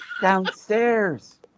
downstairs